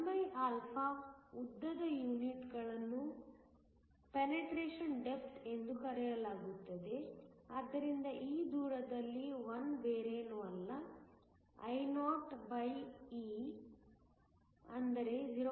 1 ಉದ್ದದ ಯೂನಿಟ್ಗಳನ್ನು penetration depth ಎಂದು ಕರೆಯಲಾಗುತ್ತದೆ ಆದ್ದರಿಂದ ಈ ದೂರದಲ್ಲಿ I ಬೇರೆನೂ ಅಲ್ಲ Ioe ಅಂದರೆ 0